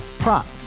Prop